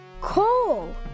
Coal